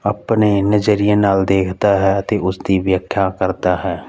ਆਪਣੇ ਨਜ਼ਰੀਏ ਨਾਲ ਦੇਖਦਾ ਹੈ ਅਤੇ ਉਸਦੀ ਵਿਆਖਿਆ ਕਰਦਾ ਹੈ